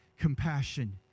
compassion